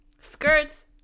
skirts